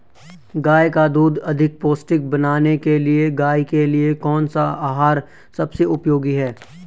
गाय का दूध अधिक पौष्टिक बनाने के लिए गाय के लिए कौन सा आहार सबसे उपयोगी है?